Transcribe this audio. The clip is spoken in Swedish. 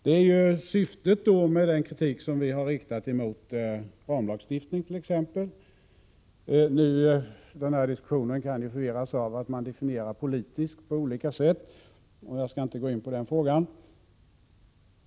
Det är ju syftet med den kritik som vi har riktat mot ramlagstiftningen t.ex. Nu kan ju den här diskussionen influeras av att man definierar ”politisk” på olika sätt. Men jag skall inte gå in på den frågan.